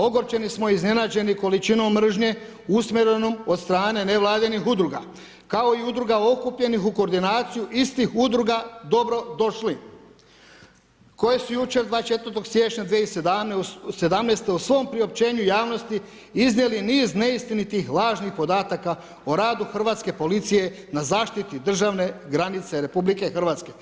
Ogorčeni smo i iznenađeni količinom mržnje usmjerenom od strane nevladinih udruga kao i udruga okupljenih u koordinaciju istih udruga dobro došli koje su jučer 24. siječnja 2017. u svom priopćenju javnosti iznijeli niz neistinitih lažnih podataka o radu hrvatske policije na zaštiti državne granice Republike Hrvatske.